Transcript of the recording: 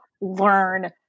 learn